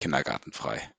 kindergartenfrei